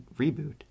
reboot